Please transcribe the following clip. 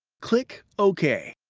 click ok,